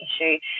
issue